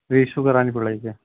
ری issue کرانی پڑے گی